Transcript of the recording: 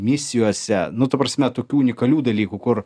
misijose nu ta prasme tokių unikalių dalykų kur